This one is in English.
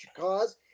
cause